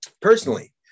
Personally